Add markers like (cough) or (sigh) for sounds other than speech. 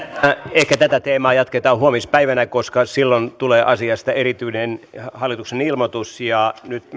ehkä tätä teemaa jatketaan huomispäivänä koska silloin tulee asiasta erityinen hallituksen ilmoitus ja nyt (unintelligible)